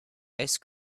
ice